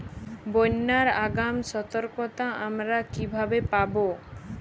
বন্যার আগাম সতর্কতা আমরা কিভাবে পাবো?